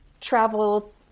travel